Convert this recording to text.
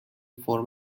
فرم